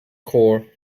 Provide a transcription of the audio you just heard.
core